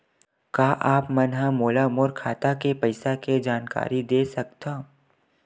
का आप मन ह मोला मोर खाता के पईसा के जानकारी दे सकथव?